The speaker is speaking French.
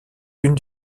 une